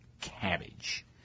cabbage